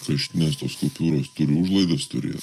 kraštinės tos kupiūros turi užlaidus turėt